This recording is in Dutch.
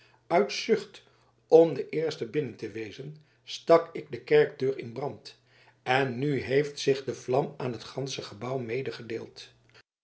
uit zucht om de eerste binnen te wezen stak ik de kerkdeur in brand en nu heeft zich de vlam aan het gansche gebouw